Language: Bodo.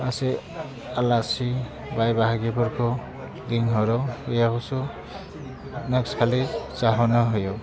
गासै आलासि बाइ बाहागिफोरखौ लिंहरो बेयावसो नेक्सखालि जाहोनो होयो